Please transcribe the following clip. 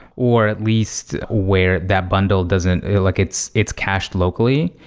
or at least where that bundle doesn't like it's it's cached locally.